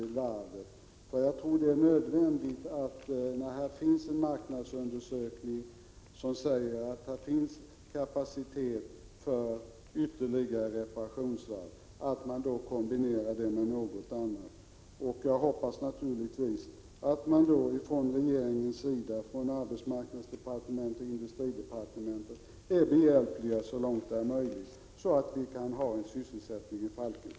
Enligt min mening är det nödvändigt att man, då det föreligger en marknadsundersökning som säger att här finns kapacitet för ytterligare reparationsvarv, kombinerar detta med något annat. Jag hoppas naturligtvis att man från regeringens sida — från arbetsmarknadsdepartementet och från industridepartementet — kommer att hjälpa till så långt det är möjligt för att vi skall kunna upprätthålla sysselsättningen i Falkenberg.